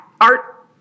art